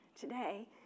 today